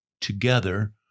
together